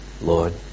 Lord